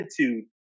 attitude